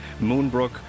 moonbrook